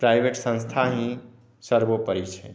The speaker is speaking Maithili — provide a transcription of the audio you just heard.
प्राइवट संस्था ही सर्वोपरि छै